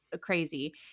crazy